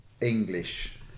English